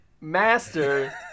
Master